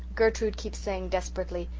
gertrude keeps saying desperately,